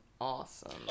awesome